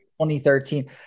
2013